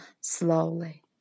slowly